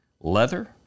leather